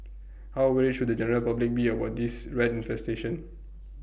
how worried should the general public be about this rat infestation